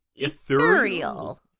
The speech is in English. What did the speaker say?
Ethereal